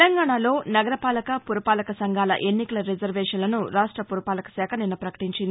తెలంగాణాలో నగరపాలక పురపాలక సంఘాల ఎన్నికల రిజర్వేషన్లను రాష్ట పురపాలకశాఖ నిన్న ప్రకటించింది